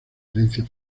herencia